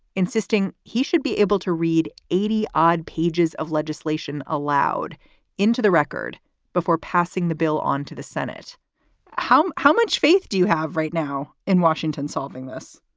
insisting he should be able to read eighty odd pages of legislation allowed into the record before passing the bill on to the senate how how much faith do you have right now in washington solving this